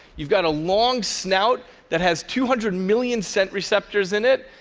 you've got a long snout that has two hundred million scent receptors in it,